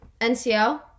NCL